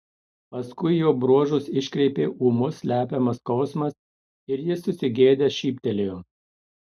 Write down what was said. paskui jo bruožus iškreipė ūmus slepiamas skausmas ir jis susigėdęs šyptelėjo